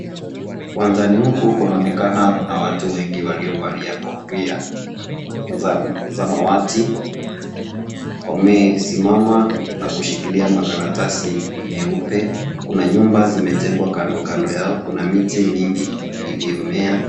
Uwanjani huku kunaonekana kuna watu wengi waliovalia kofia za samawati wamesimama na kushikililia makaratasi meupe kuna nyumba zimejengwa kando yao kuna miti mingi iliyomea.